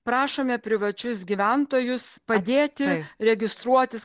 prašome privačius gyventojus padėti registruotis